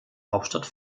hauptstadt